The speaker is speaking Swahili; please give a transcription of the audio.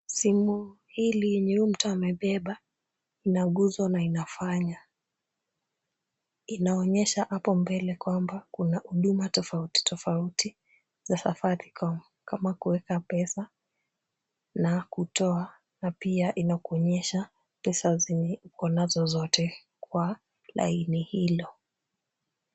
Simu hili lenye huyu mtu amebeba inaguzwa na inafanya. Inaonyesha hapo mbele kwamba kuna huduma tofauti tofauti za safaricom kama kuweka pesa na kutoa na pia inakuonyesha pesa zenye uko nazo zote kwa laini hilo.